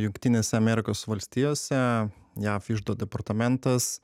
jungtinėse amerikos valstijose jav iždo departamentas